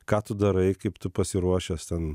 ką tu darai kaip tu pasiruošęs ten